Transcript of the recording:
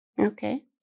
Okay